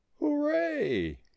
hooray